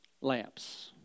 lamps